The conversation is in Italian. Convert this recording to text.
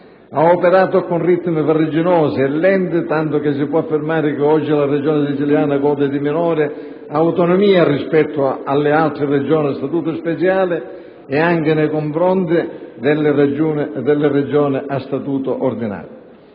ha operato con ritmi farraginosi e lenti, tanto che si può affermare che oggi la Regione siciliana goda di minore autonomia rispetto alle altre Regioni a statuto speciale e anche nei confronti delle Regioni a statuto ordinario.